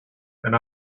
and